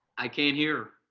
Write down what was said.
i can't hear,